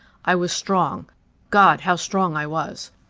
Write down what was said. i was strong god, how strong i was!